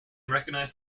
recognized